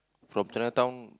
from Chinatown